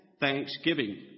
thanksgiving